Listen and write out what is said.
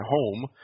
home